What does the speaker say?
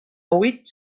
huit